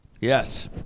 Yes